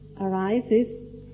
arises